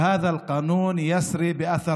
והחוק הזה יהיה תקף באופן